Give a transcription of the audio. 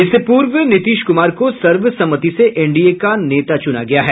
इससे पूर्व नीतीश कुमार को सर्वसम्मति से एनडीए का नेता चुना गया है